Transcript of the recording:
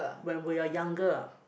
when we are younger ah